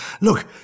Look